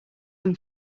them